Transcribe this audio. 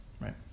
Right